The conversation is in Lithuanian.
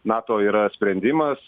nato yra sprendimas